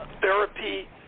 therapy